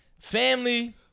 family